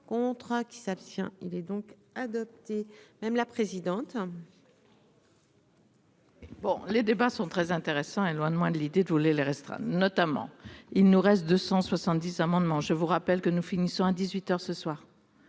contrat qui s'abstient, il est donc adopté même la présidente. Bon, les débats sont très intéressants et loi de moins de l'idée tous les les restera notamment, il nous reste 270 amendements, je vous rappelle que nous finissons à 18 heures ce soir